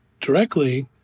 directly